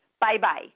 Bye-bye